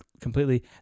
completely